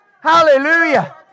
Hallelujah